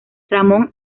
ramón